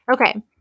okay